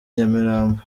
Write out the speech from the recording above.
nyamirambo